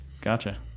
Gotcha